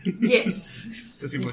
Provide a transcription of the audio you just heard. Yes